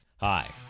Hi